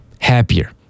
happier